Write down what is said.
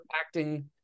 acting